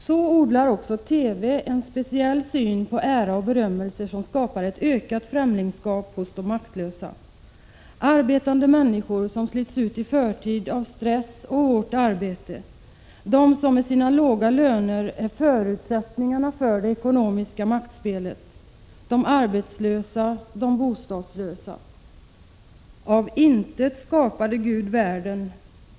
Så odlar också TV en speciell syn på ära och berömmelse som skapar ett ökat främlingskap hos de maktlösa; arbetande människor som slits ut i förtid av stress och hårt arbete, som med sina låga löner är förutsättningarna för det ekonomiska maktspelet, de arbetslösa och de bostadslösa. Av intet skapade Gud världen.